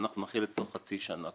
אנחנו נחיל את זה תוך חצי שנה.